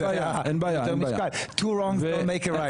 two wrongs don't make a right.